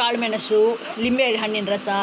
ಕಾಳುಮೆಣಸು ಲಿಂಬೆ ಹಣ್ಣಿನ ರಸ